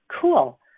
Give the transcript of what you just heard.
cool